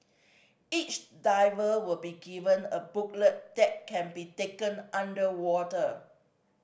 each diver will be given a booklet that can be taken underwater